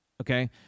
okay